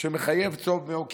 שמחייב צום ביום כיפור,